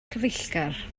cyfeillgar